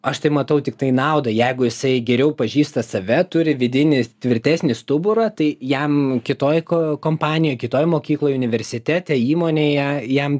aš tai matau tiktai naudą jeigu jisai geriau pažįsta save turi vidinį tvirtesnį stuburą tai jam kitoj ko kompanijoj kitoj mokykloj universitete įmonėje jam